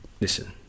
listen